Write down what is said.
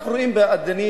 אנחנו רואים בשווקים,